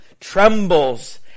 trembles